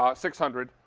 ah six hundred.